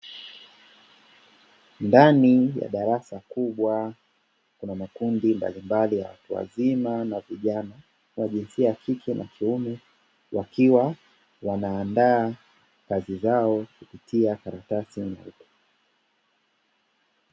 Ndani ya darasa kubwa, kuna makundi mbalimbali ya watu wazima na vijana wa jinsia ya kike na kiume, wakiwa wanaandaa kazi zao kupitia karatasi nyeupe.